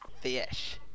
Fish